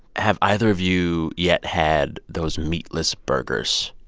have either of you yet had those meatless burgers?